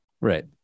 right